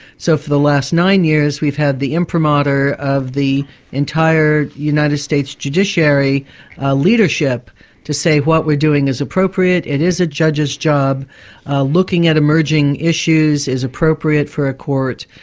so for the last nine years we've had the imprimatur of the entire united states judiciary leadership to say what we're doing is appropriate, it is a judge's job looking at emerging issues is appropriate for a court.